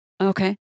Okay